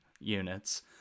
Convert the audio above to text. units